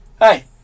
Hi